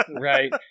Right